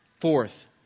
Fourth